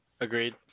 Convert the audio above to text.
Agreed